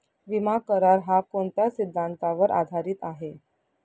विमा करार, हा कोणत्या सिद्धांतावर आधारीत आहे?